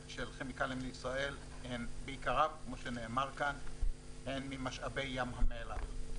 של כימיקלים לישראל הן בעיקרן ממשאבי ים המלח.